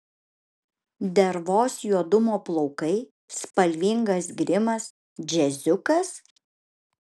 dervos juodumo plaukai spalvingas grimas džiaziukas